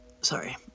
sorry